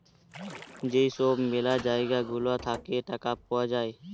যেই সব ম্যালা জায়গা গুলা থাকে টাকা পাওয়া যায়